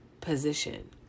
position